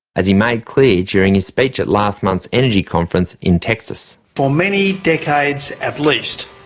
as he made clear during his speech at last month's energy conference in texas. for many decades at least,